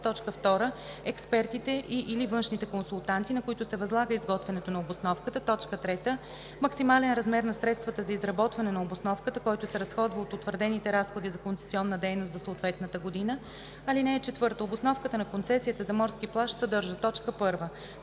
месец; 2. експертите и/или външните консултанти, на които се възлага изготвянето на обосновката; 3. максимален размер на средствата за изработване на обосновката, който се разходва от утвърдените разходи за концесионна дейност за съответната година. (4) Обосновката на концесията за морски плаж съдържа: 1.